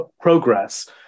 progress